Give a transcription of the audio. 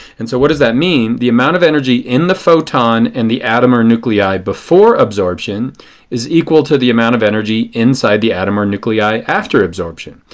and so what does that mean? the amount of energy in the photon and the atom or nuclei before absorption is equal to the amount of energy inside the atom or nuclei after absorption.